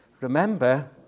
remember